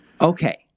Okay